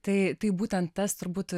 tai tai būtent tas turbūt